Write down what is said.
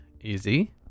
easy